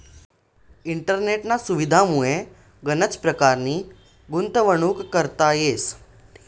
इंटरनेटना सुविधामुये गनच परकारनी गुंतवणूक करता येस